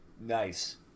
Nice